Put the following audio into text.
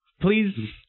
Please